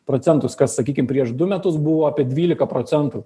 procentus kas sakykim prieš du metus buvo apie dvylika procentų